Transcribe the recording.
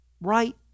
right